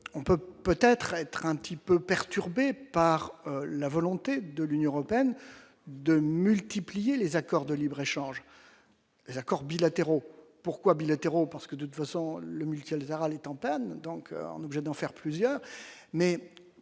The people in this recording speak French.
on peut peut-être être un petit peu perturbés par la volonté de l'Union européenne de multiplier les accords de libre-échange des accords bilatéraux pourquoi bilatéraux parce que, de façon le multilatéral est en panne, donc en objets d'en faire plusieurs,